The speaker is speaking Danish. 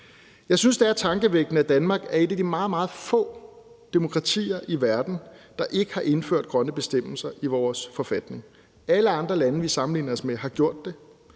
tankevækkende, at Danmark er et af de meget, meget få demokratier i verden, der ikke har indført grønne bestemmelser i vores forfatning. Alle andre lande, vi sammenligner os med, har gjort det,